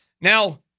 now